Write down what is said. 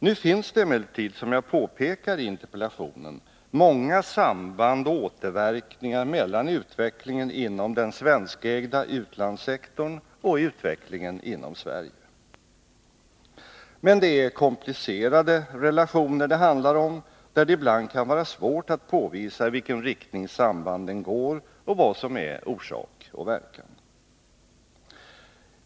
Nu finns det emellertid, som jag påpekar i interpellationen, många samband och återverkningar mellan utvecklingen inom den svenskägda utlandssektorn och utvecklingen inom Sverige. Men det är komplicerade relationer det handlar om, där det ibland kan vara svårt att påvisa i vilken riktning sambanden går och vad som är orsak och verkan.